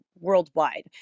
worldwide